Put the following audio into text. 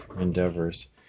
endeavors